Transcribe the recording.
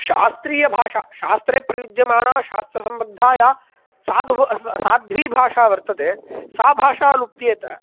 शास्त्रीयभाषा शास्त्रे प्रयुज्यमानाशास्त्रसम्बद्धा या साधुः साध्वीभाषा वर्तते सा भाषा लुप्येत